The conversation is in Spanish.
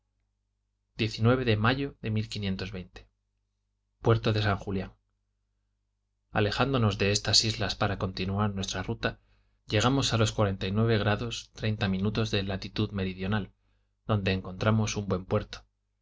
de mayo de puerto de san julián alejándonos de estas islas para continuar nuestra ruta llegamos a los cuarenta y nueve grados treinta minutos de latitud meridional donde encontramos un buen puerto y